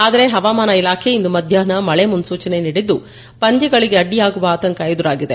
ಆದರೆ ಹವಾಮಾನ ಇಲಾಖೆ ಇಂದು ಮಧ್ಯಾಹ್ವ ಮಳೆ ಮುನ್ನೂಚನೆ ನೀಡಿದ್ದು ಪಂದ್ಯಗಳಿಗೆ ಅಡ್ಡಿಯಾಗುವ ಆತಂಕ ಎದುರಾಗಿದೆ